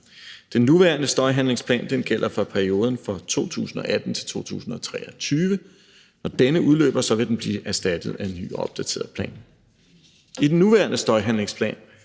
Den nuværende støjhandlingsplan gælder for perioden 2018-2023, og når denne udløber, vil den blive erstattet af en ny opdateret plan. I den nuværende støjhandlingsplan